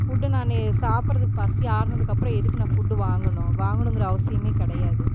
food நான் சாப்பிட்றதுக்கு பசி ஆர்னதுக்கப்பறோம் எதுக்கு ஃபுட்டு வாங்கணும் வாங்கணுங்ற அவசியமே கிடையாது